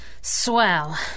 Swell